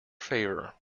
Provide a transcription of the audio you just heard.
favour